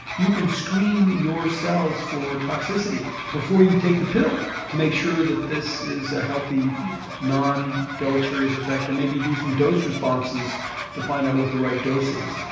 you can screen your cells for toxicity before you take the pill to make sure this is a healthy non-deleterious effect, or maybe do some dose responses to find out what the right dose is.